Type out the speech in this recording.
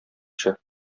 төшә